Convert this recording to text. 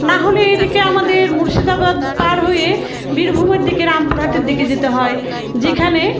না হলে এদিকে আমাদের মুর্শিদাবাদ পার হয়ে বীরভূমের দিকে রামপুরহাটের দিকে যেতে হয় যেখানে